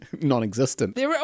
Non-existent